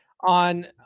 on